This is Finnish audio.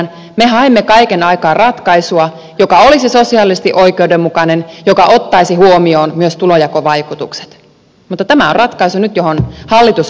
me haimme kaiken aikaa ratkaisua joka olisi sosiaalisesti oikeudenmukainen joka ottaisi huomioon myös tulonjakovaikutukset mutta tämä on nyt ratkaisu johon hallitus on päässyt